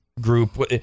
group